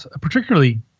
particularly